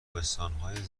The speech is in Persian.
بستانهای